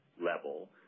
level